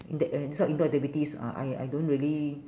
that that this type of indoor activities uh I I don't really